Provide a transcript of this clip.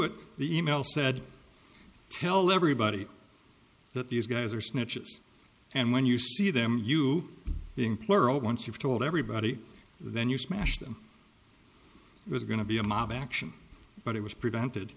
it the e mail said tell everybody that these guys are snitches and when you see them being plural once you've told everybody then you smash them it was going to be a mob action but it was prevented